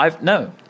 no